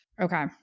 okay